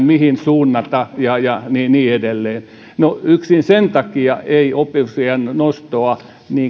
mihin suunnata ja ja niin edelleen no yksin sen takia ei oppivelvollisuusiän nostoa